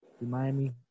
Miami